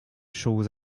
choses